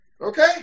Okay